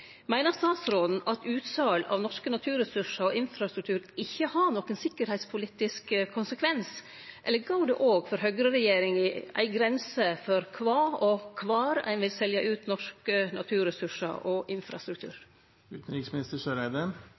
Meiner utanriksministeren at utsal av norske naturressursar og infrastruktur ikkje har nokon tryggingspolitisk konsekvens? Eller går det òg for høgreregjeringa ei grense for kva og kvar ein vil selje ut norske naturressursar og infrastruktur?